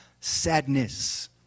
sadness